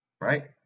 Right